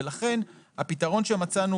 לכן הפתרון שמצאנו